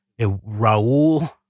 Raul